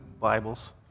Bibles